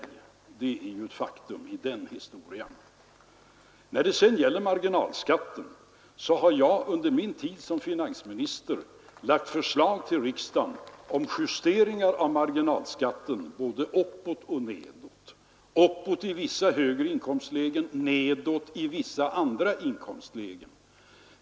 Det är ett faktum i den historien. När det sedan gäller marginalskatten så har jag under min tid som finansminister lagt fram förslag till riksdagen om justeringar både uppåt och nedåt, uppåt i vissa högre inkomstlägen, nedåt i vissa andra inkomstlägen.